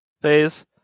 phase